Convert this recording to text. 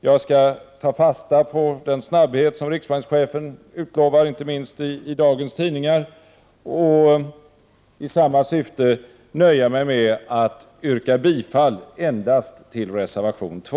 Jag skall ta fasta på den snabbhet som riksbankschefen utlovar, inte minst i dagens tidningar, och i samma syfte nöja mig med att yrka bifall endast till reservation 2.